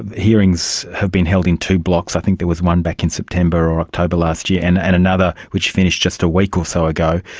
hearings have been held in two blocks, i think there was one back in september or october last year, and and another which finished just a week or so ago.